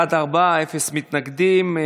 בעד, ארבעה, אין מתנגדים.